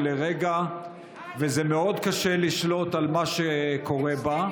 לרגע וזה מאוד קשה לשלוט על מה שקורה בה.